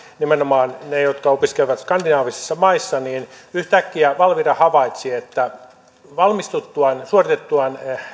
nimenomaan ne jotka opiskelevat skandinaavisissa maissa ja yhtäkkiä valvira havaitsi että valmistuttuaan suoritettuaan